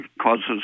causes